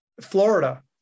Florida